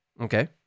Okay